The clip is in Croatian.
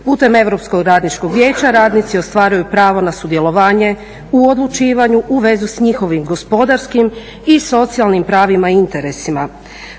Putem Europskog radničkog vijeća radnici ostvaruju pravo na sudjelovanje u odlučivanju, u vezi s njihovim gospodarskim i socijalnim pravima i interesima.